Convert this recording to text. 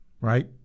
right